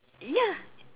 ya